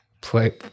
play